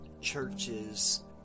churches